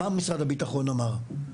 מה משרד הביטחון אמר?